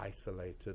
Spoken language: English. isolated